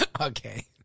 Okay